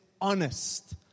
honest